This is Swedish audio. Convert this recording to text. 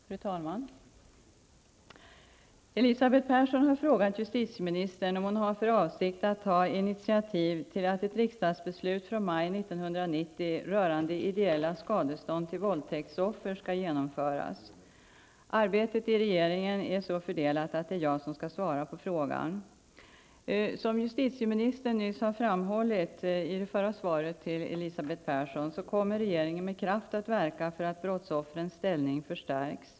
Fru talman! Elisabeth Persson har frågat justitieministern om hon har för avsikt att ta initiativ för att ett riksdagsbeslut från maj 1990 rörande ideella skadestånd till våldtäktsoffer skall genomföras. Arbetet i regeringen är så fördelat att det är jag som skall svara på frågan. Som justitieministern framhöll i det förra svaret till Elisabeth Persson kommer regeringen med kraft att verka för att brottsoffrens ställning förstärks.